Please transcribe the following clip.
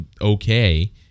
okay